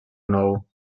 nou